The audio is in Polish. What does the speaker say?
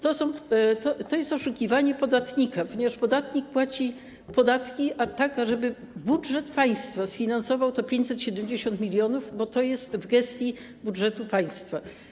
To jest oszukiwanie podatnika, ponieważ podatnik płaci podatki, ażeby budżet państwa sfinansował te 570 mln, bo to jest w gestii budżetu państwa.